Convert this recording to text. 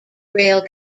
rail